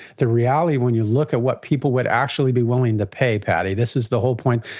the reality when you look at what people would actually be willing to pay, paddy, this is the whole point,